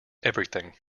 everything